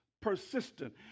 persistent